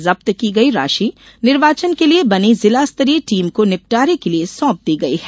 जब्त की गयी राशि निर्वाचन के लिये बनी जिला स्तरीय टीम को निपटारे के लिये सौंप दी गयी है